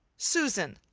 susan,